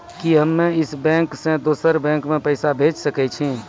कि हम्मे इस बैंक सें दोसर बैंक मे पैसा भेज सकै छी?